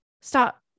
Stop